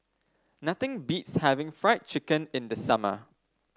nothing beats having Fried Chicken in the summer